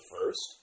first